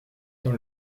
dans